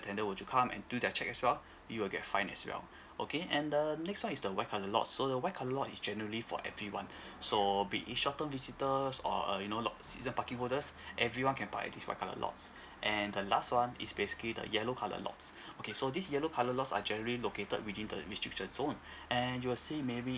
attendant were to come and do their check as well you will get fined as well okay and the next one is the white colour lots so the white colour lot is generally for everyone so be it short term visitors or uh you know lots season parking holders everyone can park at this white colour lots and the last one is basically the yellow colour lots okay so this yellow colour lots are generally located within the restriction zone and you'll see maybe